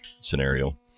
scenario